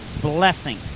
blessing